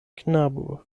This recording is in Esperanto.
knabo